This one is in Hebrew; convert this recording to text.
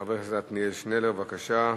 חבר הכנסת עתניאל שנלר, בבקשה.